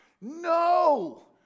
No